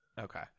Okay